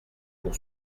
pour